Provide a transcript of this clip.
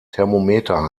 thermometer